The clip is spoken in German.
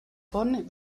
bonn